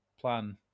plan